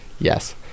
Yes